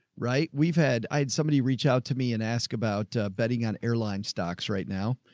right? we've had, i had somebody reach out to me and ask about betting on airline stocks. right now.